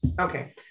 okay